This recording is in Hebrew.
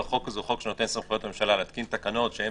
כל החוק הזה הוא חוק שנותן סמכויות לממשלה להתקין תקנות שהן